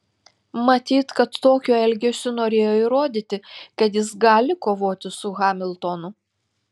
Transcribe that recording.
matyt kad tokiu elgesiu norėjo įrodyti kad jis gali kovoti su hamiltonu